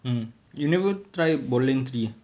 mm you never try Borderland three